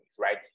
right